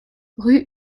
rue